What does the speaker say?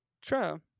true